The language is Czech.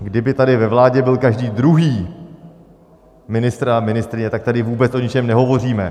Kdyby tady ve vládě byl každý druhý ministr a ministryně, tak tady vůbec o ničem nehovoříme.